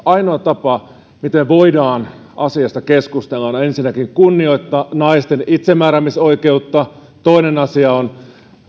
ainoa tapa miten voidaan asiasta keskustella on ensinnäkin kunnioittaa naisten itsemääräämisoikeutta toinen asia on